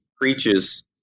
preaches